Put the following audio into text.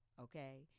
okay